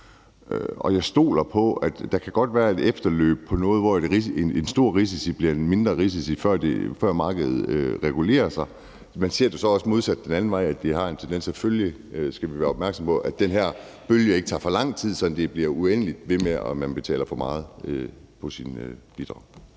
der er ved lånene. Der kan godt være et efterforløb på noget, hvor en stor risiko bliver en mindre risiko, før markedet regulerer sig, men man ser det så også modsat den anden vej, altså at det har en tendens til at følge det – det skal vi være opmærksomme på – så de her bølger ikke tager for lang tid, så det er uendeligt, at man bliver ved med at betale for meget i sine bidrag.